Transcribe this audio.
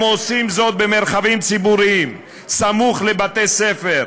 הם עושים זאת במרחבים ציבוריים, סמוך לבתי-ספר,